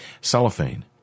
cellophane